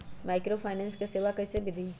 Microfinance के सेवा कइसे विधि?